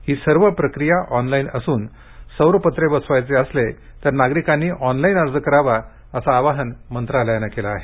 ही सर्व प्रक्रिया ऑनलाइन असून सौर पत्रे बसवायचे असल्यास नागरिकांनी ऑनलाइन अर्ज करावा असं आवाहन मंत्रालयानं केलं आहे